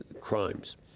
crimes